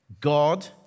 God